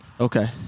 okay